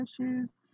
issues